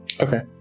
Okay